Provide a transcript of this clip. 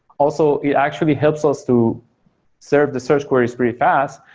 also, it actually helps us to serve the search queries pretty fast,